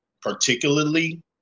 particularly